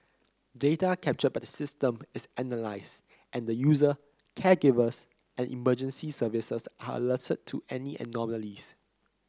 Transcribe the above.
data captured by the system is analysed and the user caregivers and emergency services are alerted to any anomalies